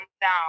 down